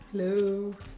hello